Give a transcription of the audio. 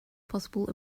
possible